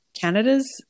Canada's